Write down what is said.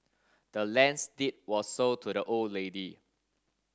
the land's deed was sold to the old lady